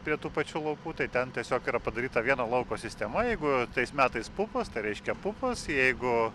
prie tų pačių laukų tai ten tiesiog yra padaryta vieno lauko sistema jeigu tais metais pupos tai reiškia pupos jeigu